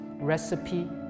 recipe